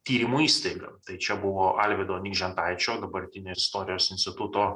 tyrimų įstaigą tai čia buvo alvydo nikžentaičio dabartinio istorijos instituto